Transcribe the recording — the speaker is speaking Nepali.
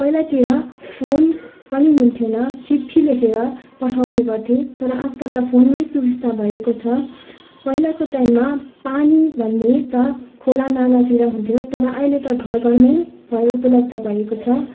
पहिलातिर फोन पनि हुन्थेन चिट्ठी लेखेर पठाउने गर्थे तर आजकाल त फोनमै सुबिस्ता भएको छ पहिलाको टाइममा पानी भन्ने त खोला नालातिर हुन्थ्यो तर अहिले त घर घरमै भयो उपलब्ध भएको छ